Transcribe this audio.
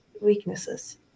weaknesses